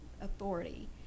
authority